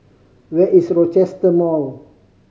where is Rochester Mall